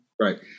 Right